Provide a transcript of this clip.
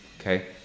okay